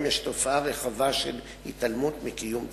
יש תופעה רחבה של התעלמות מקיום צווים.